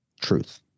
truth